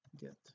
get